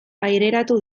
aireratu